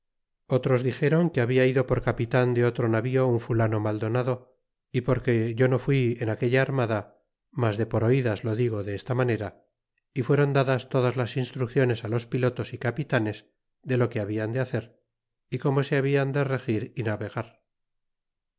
otros dixéron que habla ido por capitan de otro navío un fulano maldonado y porque yo no fui en aquella armada mas de por oidas lo digo de esta manera y fueron dadas todas las instrucciones los pilotos y capitanes de lo que habian de hacer y como se habían de regir y navegar